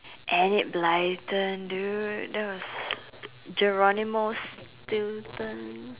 Enid-Blyton dude that was Geronimo-Stilton